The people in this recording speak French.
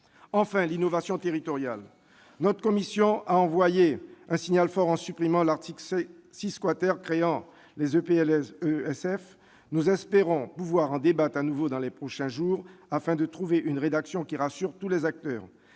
enfin : l'innovation territoriale. Notre commission a envoyé un signal fort en supprimant l'article 6 , qui crée les EPLESF. Nous espérons néanmoins pouvoir en débattre à nouveau dans les prochains jours, afin de trouver une rédaction qui rassure tous les acteurs.